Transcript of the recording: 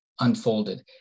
unfolded